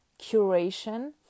curation